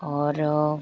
और